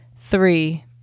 three